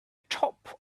top